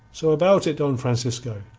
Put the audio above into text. so about it, don francisco.